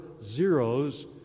zeros